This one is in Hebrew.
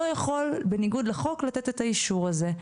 לא יכול בניגוד לחוק לתת את האישור הזה.